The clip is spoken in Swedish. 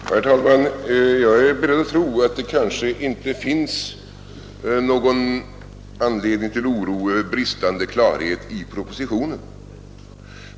Herr talman! Jag är beredd att tro att det kanske inte finns någon anledning till oro över bristande klarhet i propositionen.